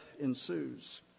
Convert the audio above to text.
ensues